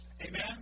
Amen